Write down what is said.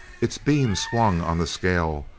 its beam swung on the scale,